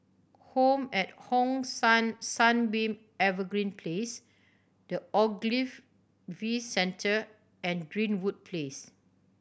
home at Hong San Sunbeam Evergreen Place The Ogilvy V Centre and Greenwood Place